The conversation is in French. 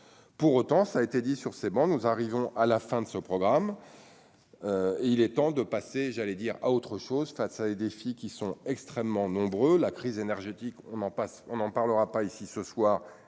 pour autant, ça a été dit sur ces bancs, nous arrivons à la fin de ce programme et il est temps de passer, j'allais dire à autre chose face à des défis qui sont extrêmement nombreux, la crise énergétique, on en passe, on en parlera pas ici ce soir,